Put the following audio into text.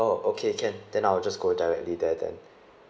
orh okay can then I'll just go directly there then